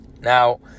Now